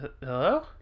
hello